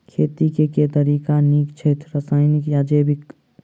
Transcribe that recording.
खेती केँ के तरीका नीक छथि, रासायनिक या जैविक?